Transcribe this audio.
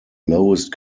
lowest